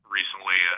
recently